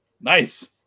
Nice